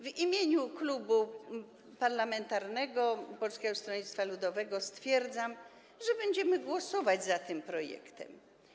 W imieniu Klubu Parlamentarnego Polskiego Stronnictwa Ludowego stwierdzam, że będziemy głosować za tym projektem.